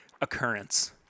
occurrence